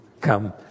come